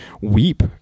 weep